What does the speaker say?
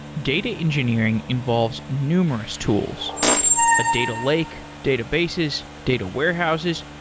data engineering involves numerous tools a data lake, databases, data warehouses,